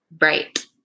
right